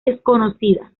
desconocida